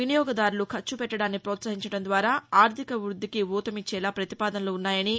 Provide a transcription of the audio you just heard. వినియోగదారులు ఖర్చుపెట్టడాన్ని ప్రోత్సహించడం ద్వారా ఆర్టిక వృద్దికి ఊతమిచ్చేలా పతిపాదనలు ఉన్నాయని